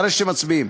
אחרי שמצביעים.